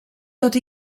tot